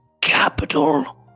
capital